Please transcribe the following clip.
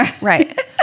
right